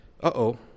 Uh-oh